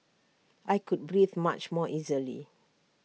I could breathe much more easily